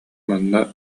манна